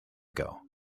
ago